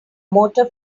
motor